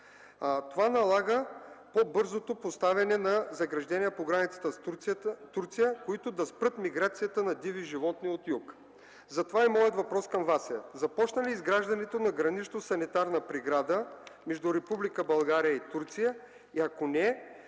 Това налага по-бързото поставяне на заграждения по границата с Турция, които да спрат миграцията на диви животни от юг. Затова и моят въпрос към Вас е: започна ли изграждането на гранично-санитарна преграда между Република България и Турция? И ако не